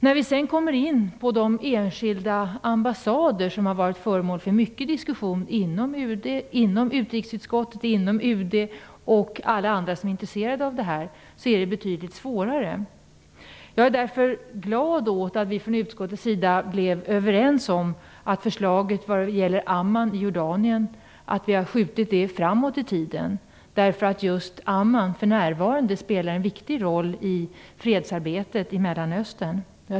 När vi sedan kommer in på de enskilda ambassader som har varit föremål för mycket diskussion inom UD, inom utrikesutskottet och inom de olika grupper som har varit intresserade av detta, är det betydligt svårare. Jag är därför glad att vi i utskottet blev överens om att förslaget när det gäller Amman i Jordanien har skjutits framåt i tiden. För närvarande spelar just Amman en viktig roll i fredsarbetet i Mellanöstern.